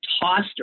tossed